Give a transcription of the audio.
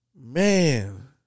man